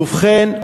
ובכן,